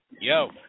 yo